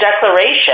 declaration